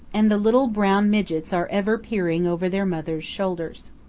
and the little brown midgets are ever peering over their mothers' shoulders.